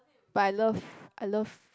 but I love I love